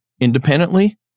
independently